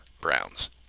Browns